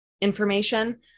information